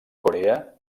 corea